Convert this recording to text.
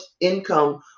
income